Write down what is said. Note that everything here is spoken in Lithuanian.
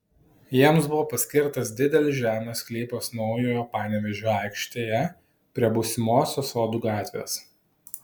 jiems buvo paskirtas didelis žemės sklypas naujojo panevėžio aikštėje prie būsimosios sodų gatvės